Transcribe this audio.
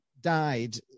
died